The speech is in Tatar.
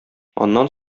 аннан